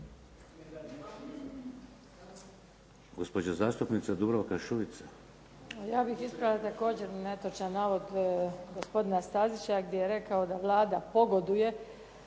Gospođa zastupnica Dubravka Šuica.